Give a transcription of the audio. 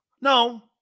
no